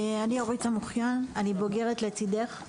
אני אורית סמוכיאן, אני בוגרת "לצידך".